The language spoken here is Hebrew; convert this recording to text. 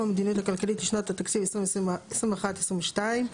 המדיניות הכלכלית לשנות התקציב 2021 ו-2022),